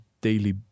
daily